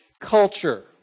culture